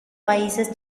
países